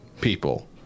people